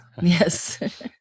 Yes